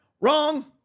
wrong